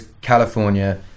california